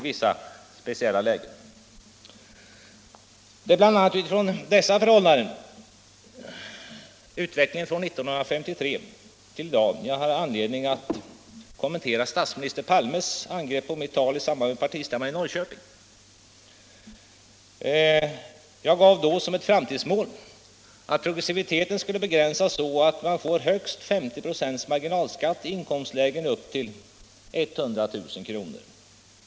Det är bl.a. utifrån dessa förhållanden, alltså utvecklingen från 1953 fram till i dag, som jag har anledning att kommentera statsminster Palmes angrepp på mitt tal i samband med partistämman i Norrköping. Jag angav då som ett framtidsmål att progressiviteten skall begränsas så att man får högst 50 926 marginalskatt i inkomstlägen upp till 100 000 kr.